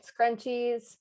scrunchies